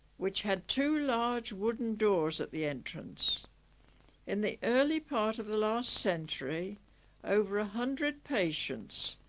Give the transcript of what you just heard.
which had two large wooden doors at the entrance in the early part of the last century over a hundred patients.